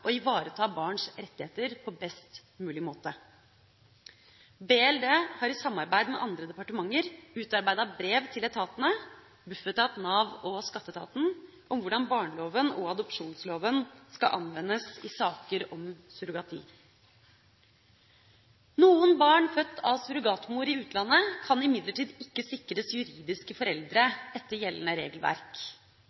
ivareta barns rettigheter på best mulig måte. Barne- og likestillingsdepartementet har i samarbeid med andre departementer utarbeidet brev til etatene – Bufetat, Nav og skatteetaten – om hvordan barneloven og adopsjonsloven skal anvendes i saker om surrogati. Noen barn født av surrogatmor i utlandet kan imidlertid ikke sikres juridiske foreldre